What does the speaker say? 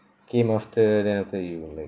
came after then after that you like